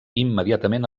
immediatament